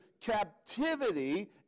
captivity